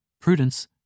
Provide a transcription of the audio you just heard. prudence